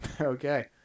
Okay